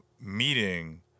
meeting